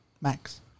Max